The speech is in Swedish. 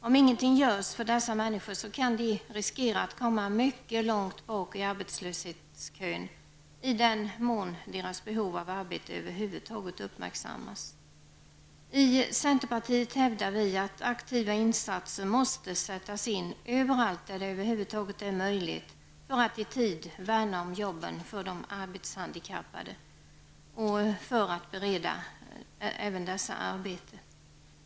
Om ingenting görs för dessa människor kan de riskera att hamna mycket långt bak i arbetslöshetskön -- i den mån deras behov av arbete över huvud taget uppmärksammas. Vi i centerpartiet hävdar att aktiva insatser måste göras överallt där det över huvud taget är möjligt för att i tid värna om jobben för de arbetshandikappade. Det gäller att bereda också dessa människor arbete.